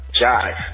Jive